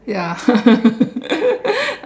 ya